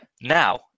Now